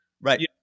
Right